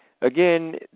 Again